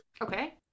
Okay